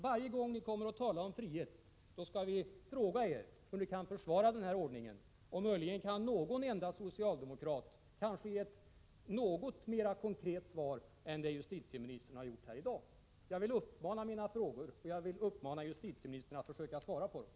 Varje gång ni kommer att tala om frihet, då skall vi fråga er hur ni kan försvara den här ordningen. Möjligen kan någon enda socialdemokrat kanske ge ett något mera konkret svar än det som justitieministern har givit här i dag. Jag vill upprepa mina frågor och jag vill uppmana justitieministern att försöka svara på dem.